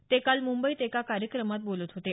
ते काल मुंबईत एका कार्यक्रमात बोलत होते